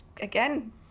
Again